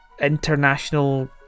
International